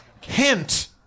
hint